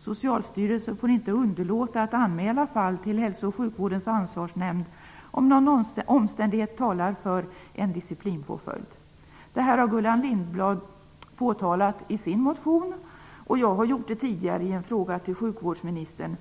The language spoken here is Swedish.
Socialstyrelsen får inte underlåta att anmäla fall till Hälso och sjukvårdens ansvarsnämnd, om någon omständighet talar för en disciplinpåföljd. Detta har också Gullan Lindblad påtalat i sin motion, och jag har tidigare gjort det i en fråga till sjukvårdsministern.